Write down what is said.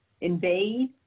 invade